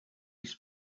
his